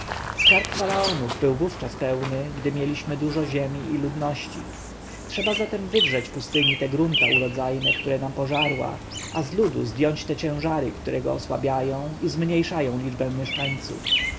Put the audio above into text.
skarb faraonów był wówczas pełny gdy mieliśmy dużo ziemi i ludności trzeba zatem wydrzeć pustyni te grunta urodzajne które nam pożarła a z ludu zdjąć te ciężary które go osłabiają i zmniejszają liczbę mieszkańców